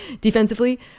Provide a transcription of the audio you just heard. defensively